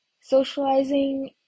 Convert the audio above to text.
socializing